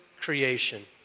creation